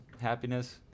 happiness